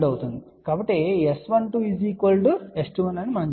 కాబట్టి మీరు S12 S21 అని చెప్పవచ్చు